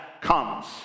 comes